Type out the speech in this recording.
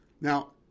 now